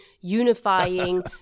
unifying